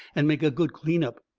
and make a good clean-up.